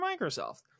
microsoft